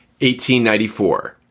1894